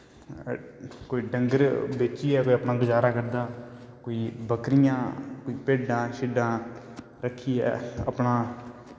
कोई डंगर बेचियै गै अपनां गुज़ारा करदा कोई बक्करियां कोई भिड्डां शिड्डां रक्खियै अपनां